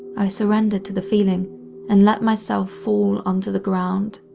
i surrendered to the feeling and let myself fall onto the ground.